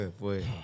boy